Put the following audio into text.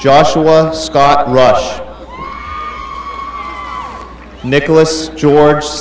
joshua scott rush nicholas george